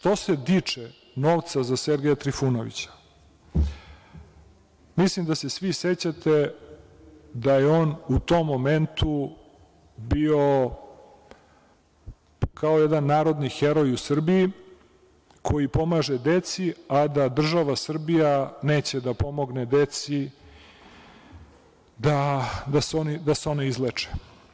Što se tiče novca za Sergeja Trifunovića, mislim da se svi sećate da je on u tom momentu bio kao jedan narodni heroj u Srbiji koji pomaže deci, a da država Srbija neće da pomogne deci da se ona izleče.